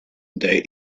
the